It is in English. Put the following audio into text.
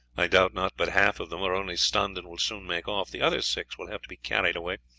i doubt not but half of them are only stunned and will soon make off, the other six will have to be carried away.